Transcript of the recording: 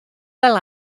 fel